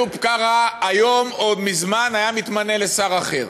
איוב קרא היום או מזמן היה מתמנה לשר אחר.